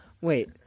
Wait